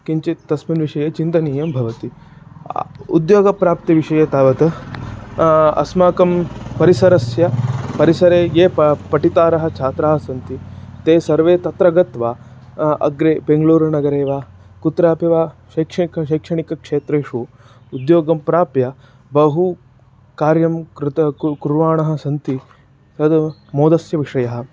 किञ्चित् तस्मिन् विषये चिन्तनीयं भवति उद्योगप्राप्तिविषये तावत् अस्माकं परिसरस्य परिसरे ये पठितारः छात्राः सन्ति ते सर्वे तत्र गत्वा अग्रे बेङ्ग्ळूरु नगरे वा कुत्रापि वा शैक्षिकशैक्षणिकक्षेत्रेषु उद्योगं प्राप्य बहु कार्यं कृताः किं कुर्वाणः सन्ति तद् मोदस्य विषयः